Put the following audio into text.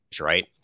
right